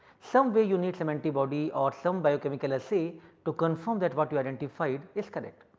some way you need some antibody or some biochemical assay to confirm that what you identified is correct.